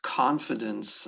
confidence